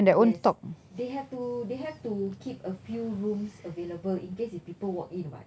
yes they have to they have to keep a few rooms available in case if people walk-in [what]